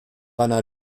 einer